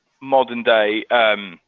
modern-day